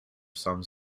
some